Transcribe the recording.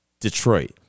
Detroit